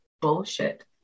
bullshit